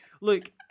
look